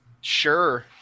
Sure